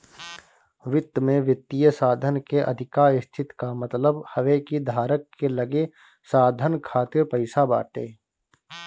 वित्त में वित्तीय साधन के अधिका स्थिति कअ मतलब हवे कि धारक के लगे साधन खातिर पईसा बाटे